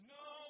no